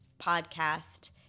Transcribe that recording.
podcast